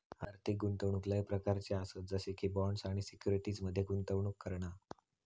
आर्थिक गुंतवणूक लय प्रकारच्ये आसत जसे की बॉण्ड्स आणि सिक्युरिटीज मध्ये गुंतवणूक करणा